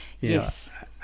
Yes